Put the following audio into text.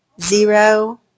zero